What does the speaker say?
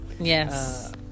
Yes